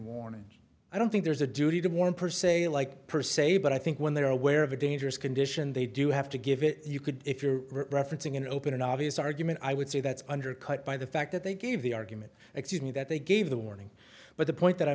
warning i don't think there's a duty to warn per se like per se but i think when they are aware of a dangerous condition they do have to give it you could if you're referencing an open and obvious argument i would say that's undercut by the fact that they gave the argument that they gave the warning but the point that